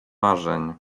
marzeń